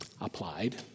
applied